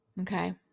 okay